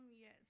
Yes